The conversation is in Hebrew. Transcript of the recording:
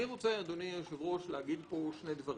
אני רוצה, אדוני היושב-ראש, להגיד פה שני דברים: